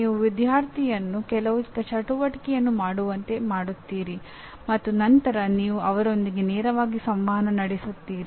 ನೀವು ವಿದ್ಯಾರ್ಥಿಯನ್ನು ಕೆಲವು ಚಟುವಟಿಕೆಯನ್ನು ಮಾಡುವಂತೆ ಮಾಡುತ್ತೀರಿ ಮತ್ತು ನಂತರ ನೀವು ಅವರೊಂದಿಗೆ ನೇರವಾಗಿ ಸಂವಹನ ನಡೆಸುತ್ತೀರಿ